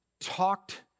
talked